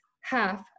half